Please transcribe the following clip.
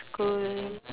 school